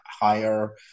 higher